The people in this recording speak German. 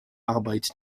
arbeit